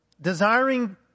desiring